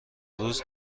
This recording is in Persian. روز